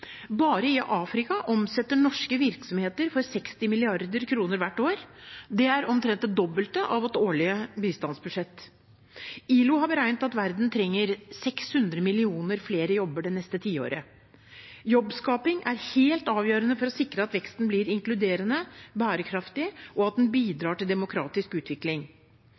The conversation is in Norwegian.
Bare i Afrika omsetter norske virksomheter for 60 mrd. kr hvert år. Det er omtrent det dobbelte av et årlig bistandsbudsjett. ILO har beregnet at verden trenger 600 mill. flere jobber det neste tiåret. Jobbskaping er helt avgjørende for å sikre at veksten blir inkluderende, bærekraftig, og at den bidrar til demokratisk utvikling.